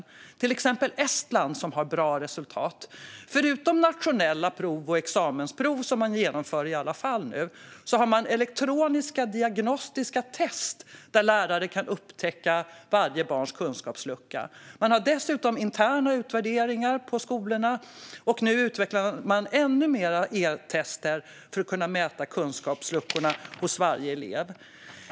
I till exempel Estland, som har bra resultat, har man - förutom nationella prov och examensprov som nu genomförs i alla fall - elektroniska diagnostiska test där lärare kan upptäcka varje barns kunskapslucka. Man har dessutom interna utvärderingar på skolorna, och nu utvecklar man ännu mer e-tester för att kunna mäta kunskapsluckorna hos varje elev.